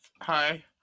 hi